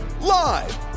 live